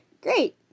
Great